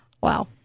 Wow